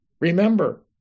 Remember